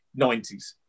90s